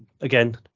again